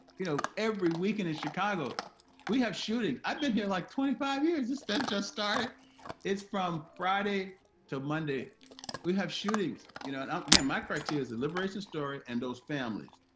you know every weekend in chicago we have shootings i've been here like twenty five years this stunt just started it's from friday to monday we have shootings you know again my criteria is the liberation story and those families